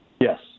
Yes